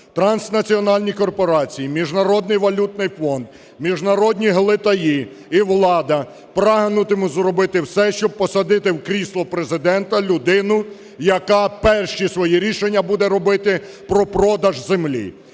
Транснаціональні корпорації, Міжнародний валютний фонд, міжнародні глитаї і влада прагнутимуть зробити все, щоби посадити в крісло Президента людину, яка перші свої рішення буде робити про продаж землі.